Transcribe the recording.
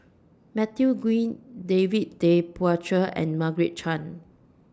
Matthew Ngui David Tay Poey Cher and Margaret Chan